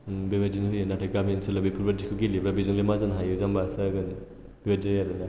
बेबायदिनो होयो नाथाय गामि ओनसोलआव बेफोरबायदिखौ गेलेब्ला बेजोंलाय मा जानो हायो जामबासो जागोन बेबायदि जायो आरोना